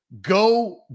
go